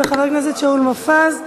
וחבר הכנסת שאול מופז,